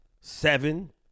seven